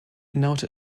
note